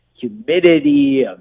humidity